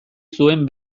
zuen